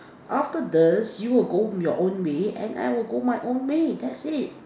after this you will go your own way and I will go my own way that's it